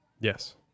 Yes